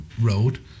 road